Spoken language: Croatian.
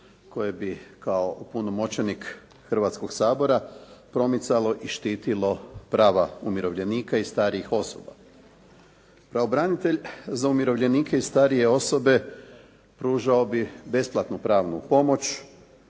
koje bi kao opunomoćenik Hrvatskoga sabora promicalo i štitilo prava umirovljenika i starijih osoba. Pravobranitelj za umirovljenike i starije osobe pružao bi besplatnu pravnu pomoć